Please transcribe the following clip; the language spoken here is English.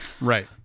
Right